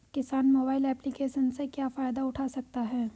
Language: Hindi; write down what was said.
किसान मोबाइल एप्लिकेशन से क्या फायदा उठा सकता है?